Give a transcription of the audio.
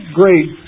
great